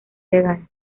legal